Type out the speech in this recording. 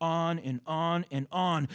on and on and on